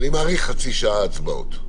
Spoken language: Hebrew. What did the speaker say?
אני מעריך שבעוד חצי שעה הצבעות.